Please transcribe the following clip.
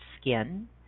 skin